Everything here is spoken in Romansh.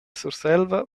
surselva